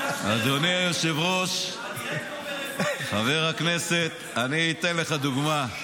--- אדוני היושב-ראש, חבר הכנסת, אתן לך דוגמה: